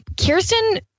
Kirsten